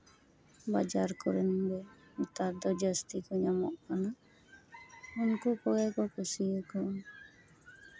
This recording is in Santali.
ᱵᱟᱡᱟᱨ ᱠᱚᱨᱮᱱ ᱫᱚ ᱱᱮᱛᱟᱨ ᱫᱚ ᱡᱟᱹᱥᱛᱤ ᱠᱚ ᱧᱟᱢᱚᱜ ᱠᱟᱱᱟ ᱩᱱᱠᱩ ᱠᱚᱜᱮ ᱠᱚ ᱠᱩᱥᱤᱭᱟᱠᱚᱣᱟ